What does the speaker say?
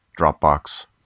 Dropbox